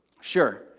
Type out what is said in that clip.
sure